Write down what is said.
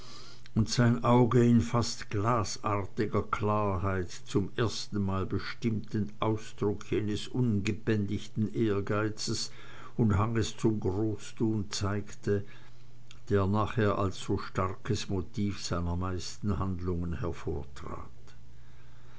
und sein auge in fast glasartiger klarheit zum erstenmale bestimmt den ausdruck jenes ungebändigten ehrgeizes und hanges zum großtun zeigte der nachher als so starkes motiv seiner meisten handlungen hervortrat